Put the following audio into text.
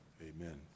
amen